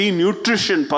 nutrition